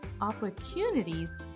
Opportunities